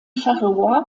charleroi